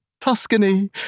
Tuscany